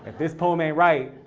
this poem ain't right,